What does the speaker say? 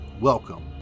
Welcome